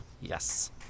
Yes